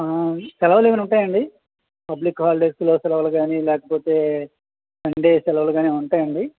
ఆ సెలవులు ఏమైనా ఉంటాయా అండి పబ్లిక్ హాలిడేస్లో సెలవులు కానీ లేకపోతే సండే సెలవులు కానీ ఏవైనా ఉంటాయా అండి